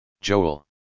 Joel